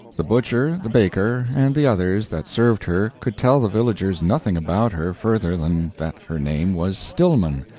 the butcher, the baker, and the others that served her could tell the villagers nothing about her further than that her name was stillman,